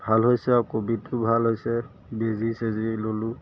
ভাল হৈছে আৰু কভিডটো ভাল হৈছে বেজি চেজি ল'লোঁ